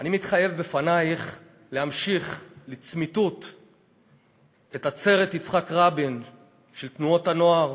אני מתחייב בפנייך להמשיך לצמיתות את עצרת יצחק רבין של תנועות הנוער,